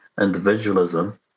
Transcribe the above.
individualism